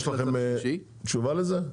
יש לכם תשובה לזה?